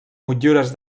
motllures